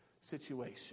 situation